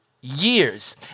years